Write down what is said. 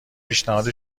پیشنهاد